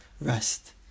rest